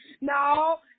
No